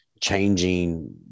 changing